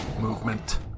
movement